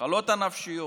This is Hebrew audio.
המחלות הנפשיות,